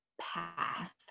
path